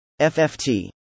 FFT